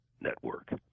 network